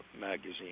magazine